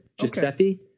giuseppe